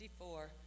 1954